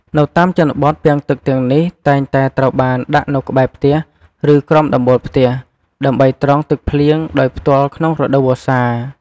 នៅតាមជនបទ ពាងទឹកទាំងនេះតែងតែត្រូវបានដាក់នៅក្បែរផ្ទះ ឬក្រោមដំបូលផ្ទះ ដើម្បីត្រងទឹកភ្លៀងដោយផ្ទាល់ក្នុងរដូវវស្សា។